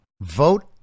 Vote